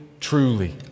truly